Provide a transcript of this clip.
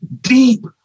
deep